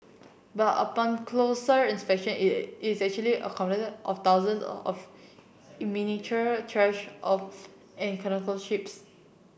but upon closer inspection it is actually a of thousands of miniature trash of and ships